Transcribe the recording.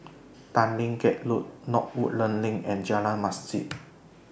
Tanglin Gate Road North Woodlands LINK and Jalan Masjid